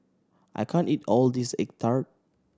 I can't eat all of this egg tart